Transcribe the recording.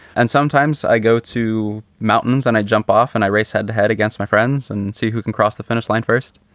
and sometimes i go to mountains and i jump off and i race head to head against my friends and see who can cross the finish line first,